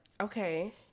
Okay